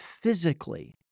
physically